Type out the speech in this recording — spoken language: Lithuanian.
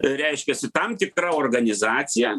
reiškiasi tam tikra organizacija